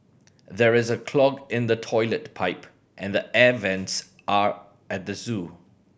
there is a clog in the toilet pipe and the air vents are at the zoo